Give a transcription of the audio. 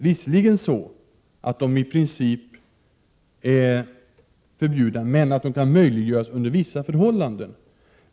Visserligen är de i princip förbjudna, men de kan möjliggöras under vissa förhållanden.